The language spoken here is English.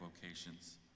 vocations